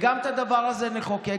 וגם את הדבר הזה נחוקק,